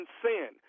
sin